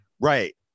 Right